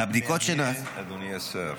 מהבדיקות שנעשו --- אדוני השר,